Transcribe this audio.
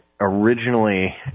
originally